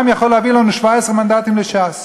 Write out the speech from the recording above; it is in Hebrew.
העם יכול להביא לנו 17 מנדטים לש"ס.